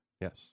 Yes